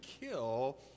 kill